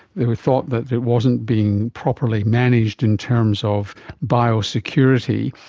they thought that it wasn't being properly managed in terms of biosecurity,